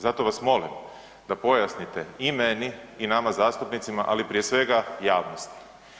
Zato vas molim da pojasnite i meni i nama zastupnicima, ali prije svega javnosti.